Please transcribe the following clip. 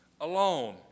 alone